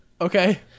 okay